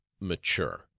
mature